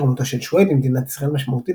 תרומתו של שויד למדינת ישראל משמעותית